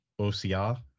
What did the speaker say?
OCR